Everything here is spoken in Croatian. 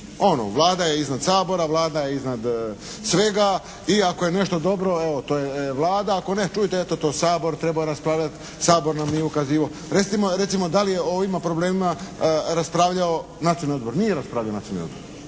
Ono, Vlada je iznad Sabora, Vlada je iznad svega i ako je nešto dobro evo to je Vlada. Ako ne, čujte to Sabor treba raspravljati, Sabor nam nije ukazivao. Recimo da li je o ovima problemima raspravljao Nacionalni odbor. Nije raspravljao Nacionalni odbor.